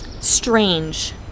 Strange